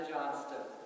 Johnston